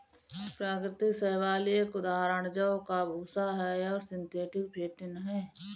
प्राकृतिक शैवाल का एक उदाहरण जौ का भूसा है और सिंथेटिक फेंटिन है